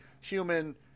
human